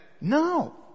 no